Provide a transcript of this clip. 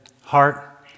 heart